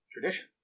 Tradition